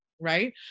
right